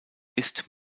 ist